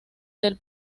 del